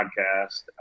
podcast